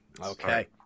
Okay